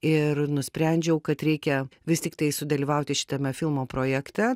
ir nusprendžiau kad reikia vis tiktai sudalyvauti šitame filmo projekte